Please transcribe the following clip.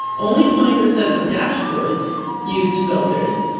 only twenty percent of dashboards used filters.